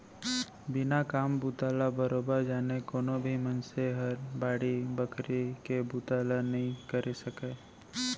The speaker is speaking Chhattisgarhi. बिना काम बूता ल बरोबर जाने कोनो भी मनसे हर बाड़ी बखरी के बुता ल नइ करे सकय